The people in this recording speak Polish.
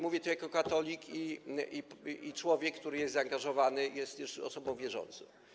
Mówię tu jako katolik i człowiek, który jest zaangażowany, jest osobą wierzącą.